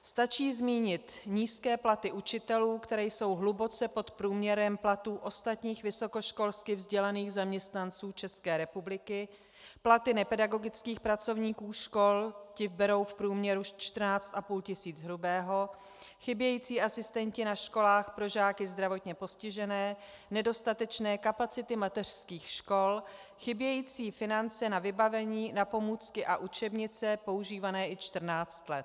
Stačí zmínit nízké platy učitelů, které jsou hluboce pod průměrem platů ostatních vysokoškolsky vzdělaných zaměstnanců České republiky, platy nepedagogických pracovníků škol ti berou v průměru 14,5 tis. hrubého, chybějící asistenti na školách pro žáky zdravotně postižené, nedostatečné kapacity mateřských škol, chybějící finance na vybavení, na pomůcky a učebnice používané i 14 let.